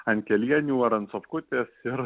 ant kelienių ar ant sofkutės ir